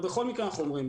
בכל מקרה אנחנו אומרים,